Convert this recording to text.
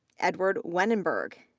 edward wennerberg,